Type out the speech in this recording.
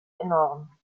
enorm